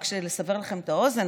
רק לסבר לכם את האוזן,